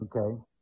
Okay